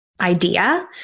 idea